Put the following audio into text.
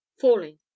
falling